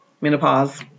menopause